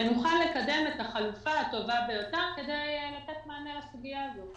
ונוכל לקדם את החלופה הטובה ביותר כדי לתת מענה לסוגיה הזאת.